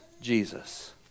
Jesus